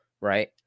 right